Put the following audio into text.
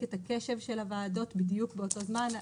את הקשב של הוועדות בדיוק באותו זמן.